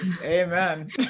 Amen